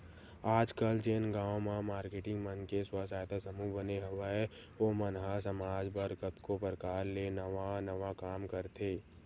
आजकल जेन गांव म मारकेटिंग मन के स्व सहायता समूह बने हवय ओ मन ह समाज बर कतको परकार ले नवा नवा काम करथे